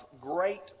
great